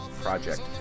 project